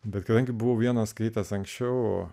bet kadangi buvau vienas skaitęs anksčiau